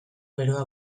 beroa